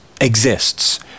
exists